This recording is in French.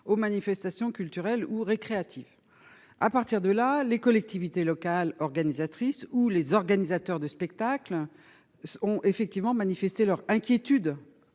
aux manifestations culturelles ou récréatives à partir de là, les collectivités locales organisatrices ou les organisateurs de spectacles. Ont effectivement manifesté leur inquiétude